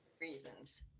reasons